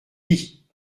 pis